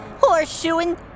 horseshoeing